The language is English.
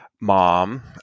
Mom